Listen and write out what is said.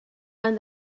van